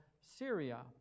Syria